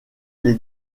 les